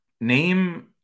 name